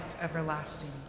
everlasting